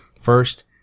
first